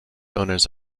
owners